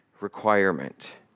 requirement